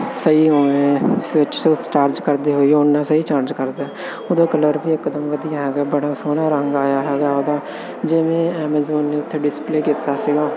ਸਹੀ ਉਵੇਂ ਚਾਰਜ ਕਰਦੇ ਹੋਏ ਓਨਾ ਸਹੀ ਚਾਰਜ ਕਰਦਾ ਉਹਦਾ ਕਲਰ ਵੀ ਇੱਕਦਮ ਵਧੀਆ ਹੈਗਾ ਬੜਾ ਸੋਹਣਾ ਰੰਗ ਆਇਆ ਹੈਗਾ ਉਹਦਾ ਜਿਵੇਂ ਐਮੇਜ਼ੋਨ ਨੇ ਉੱਥੇ ਡਿਸਪਲੇ ਕੀਤਾ ਸੀਗਾ